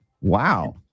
Wow